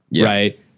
Right